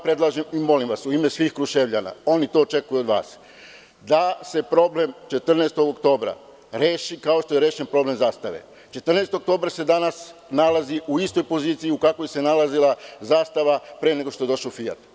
Predlažem vam i molim vas u ime svih Kruševljana, oni to očekuju od vas, da se problem „14. oktobra“ reši kao što je rešen problem „Zastave“. „14. oktobar“ se danas nalazi u istoj poziciji u kakvoj se nalazila „Zastava“, pre nego što je došao „Fijat“